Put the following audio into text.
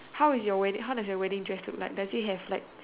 how is your wedding how does your wedding dress look like does it have like